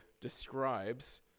describes